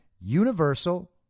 universal